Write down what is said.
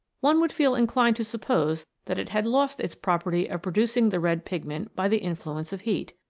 one would feel inclined to suppose that it had lost its property of producing the red pigment by the influence of heat.